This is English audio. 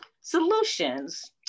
Solutions